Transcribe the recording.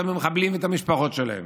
את המחבלים ואת המשפחות שלהם.